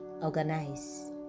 Organize